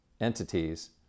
entities